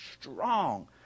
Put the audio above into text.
strong